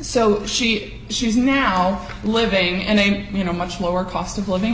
so she she's now living and you know much lower cost of living